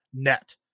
net